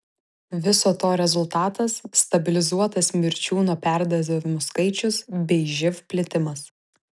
viso to rezultatas stabilizuotas mirčių nuo perdozavimų skaičius bei živ plitimas